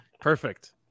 Perfect